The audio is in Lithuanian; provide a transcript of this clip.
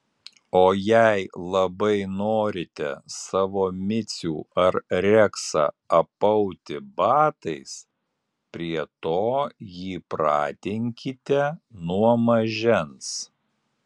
o jei labai norite savo micių ar reksą apauti batais prie to jį pratinkite nuo mažens